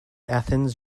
athens